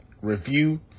review